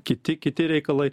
kiti kiti reikalai